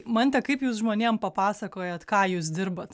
mante kaip jūs žmonėm papasakojat ką jūs dirbat